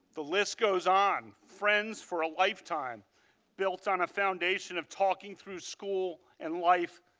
the list goes on. friends for a lifetime built on a foundation of talking through school and life,